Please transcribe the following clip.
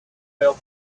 felt